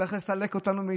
שצריך לסלק אותנו.